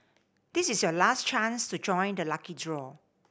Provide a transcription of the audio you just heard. this is your last chance to join the lucky draw